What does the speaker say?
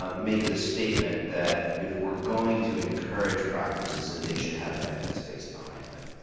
um make the statement that if we are going to encourage practices that they should have and evidence base behind them.